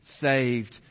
saved